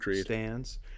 stands